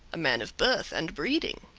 a man of birth and breeding.